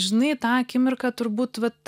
žinai tą akimirką turbūt vat